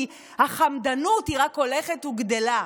כי החמדנות רק הולכת וגדלה.